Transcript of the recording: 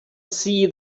see